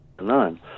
none